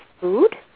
food